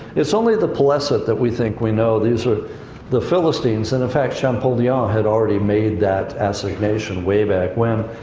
it's only the peleset that we think we know, these are the philistines. and in fact champollion had already made that assignation way back when.